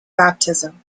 baptism